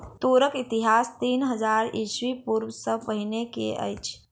तूरक इतिहास तीन हजार ईस्वी पूर्व सॅ पहिने के अछि